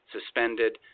suspended